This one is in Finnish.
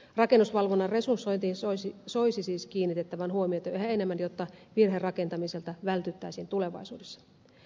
rakennusvalvonnan resursointiin soisi siis kiinnitettävän huomiota yhä enemmän jotta virherakentamiselta vältyttäisiin tulevaisuudessa